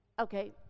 Okay